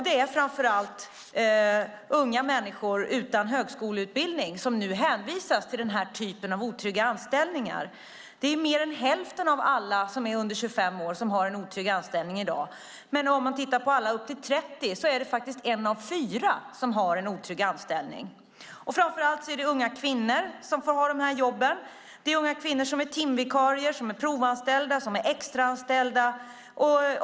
Det är framför allt unga människor utan högskoleutbildning som nu hänvisas till denna typ av otrygga anställningar. Mer än hälften av alla under 25 år har en otrygg anställning i dag. Tittar man på alla upp till 30 är det en av fyra som har en otrygg anställning. Framför allt är det unga kvinnor som får ha dessa jobb. Det är unga kvinnor som är timvikarier, provanställda och extraanställda.